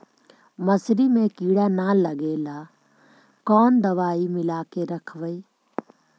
मसुरी मे किड़ा न लगे ल कोन दवाई मिला के रखबई?